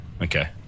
Okay